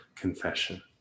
confession